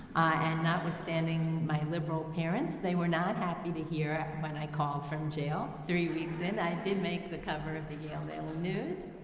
and not withstanding my liberal parents, they were not happy to hear when i called from jail. three weeks in, i did make the cover of the yale daily news.